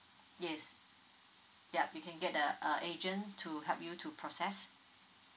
yes ya you can get the uh agent to help you to process